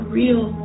real